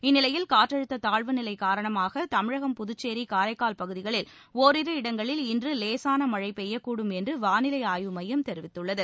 இந்நிலையில் காற்றழுத்த தாழ்வுநிலை காரணமாக தமிழகம் புதுச்சேரி காரைக்கால் பகுதிகளில் ஒரிரு இடங்களில் இன்று லேசாள மழை பெய்யக்கூடும் என்று வானிலை ஆய்வு ஸ்யம் தெரிவித்துள்ளது